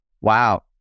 Wow